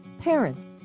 Parents